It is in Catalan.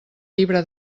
llibre